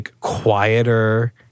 quieter